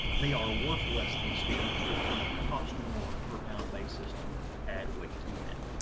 they are worth less than steers because it's gonna cost more, on a per pound basis, to add weight to them.